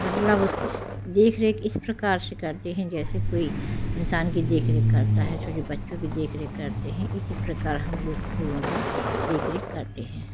मतलब उसकी देखरेख इस प्रकार से करते हैं जैसे कोई इंसान की देखरेख करता है छोटे बच्चों की देखरेख करते हैं इसी प्रकार हम लोग फूलों की देखरेख करते हैं